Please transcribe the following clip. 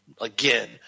Again